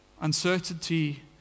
uncertainty